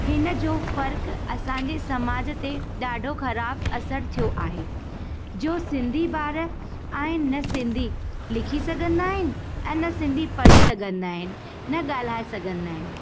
हिन जो फ़र्क़ु असांजे समाज ते ॾाढो ख़राबु असर थियो आहे जो सिंधी ॿार आहिनि न सिंधी लिखी सघंदा आहिनि ऐं न सिंधी पढ़ी सघंदा आहिनि न ॻाल्हाइ सघंदा आहिनि